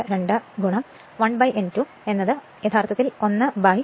62 1 n2 യഥാർത്ഥത്തിൽ 1 0